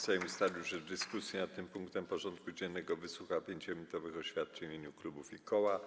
Sejm ustalił, że w dyskusji nad tym punktem porządku dziennego wysłucha 5-minutowych oświadczeń w imieniu klubów i koła.